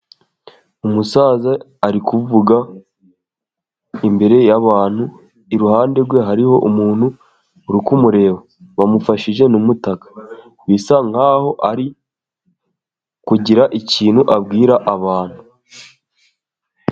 Umusaza arikuvuga imbere yabantu, iruhande rwe hariho umuntu urikumureba , wamufashije n'umutaka bisa nkaho ari kugira ikintu abwira abantu.